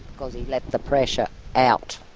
because he let the pressure out.